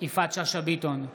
יפעת שאשא ביטון,